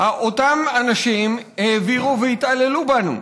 אותם אנשים העבירו והתעללו בנו.